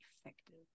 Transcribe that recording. effective